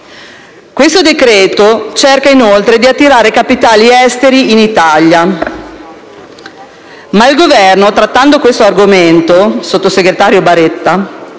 Il provvedimento cerca inoltre di attirare capitali esteri in Italia. Ma trattando questo argomento, sottosegretario Baretta,